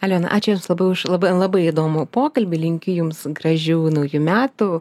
aliona ačiū jums labai už labai labai įdomų pokalbį linkiu jums gražių naujų metų